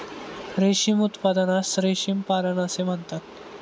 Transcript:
रेशीम उत्पादनास रेशीम पालन असे म्हणतात